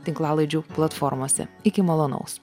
tinklalaidžių platformose iki malonaus